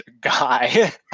Guy